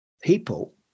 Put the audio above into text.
people